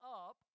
up